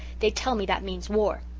they tell me that means war.